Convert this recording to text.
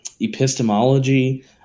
epistemology